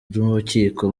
n’urukiko